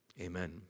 amen